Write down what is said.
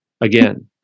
Again